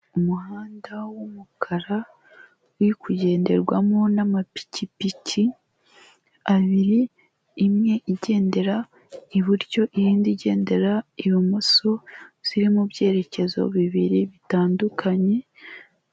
Umuhanda w'umukara uri kugenderwamo n'amapikipiki abiri imwe igendera iburyo iyindi igendera ibumoso ziri mu byerekezo bibiri bitandukanye.